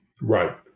Right